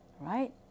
right